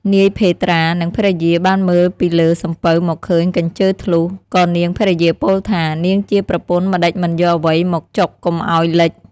នាយភេត្រា និងភរិយាបានមើលពីលើសំពៅមកឃើញកញ្ជើធ្លុះ ក៏នាងភរិយាពោលថា នាងជាប្រពន្ធម្តេចមិនយកអ្វីមកចុកកុំឱ្យលេច។